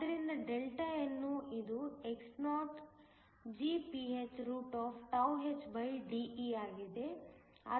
ಆದ್ದರಿಂದ nno ಇದುxoGphhDeಆಗಿದೆ